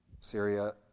Syria